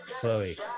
Chloe